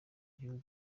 gihugu